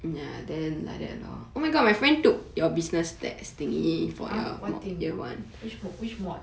!huh! what thing which mod